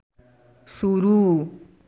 शुरू